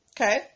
Okay